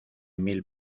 mil